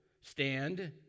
stand